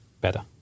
better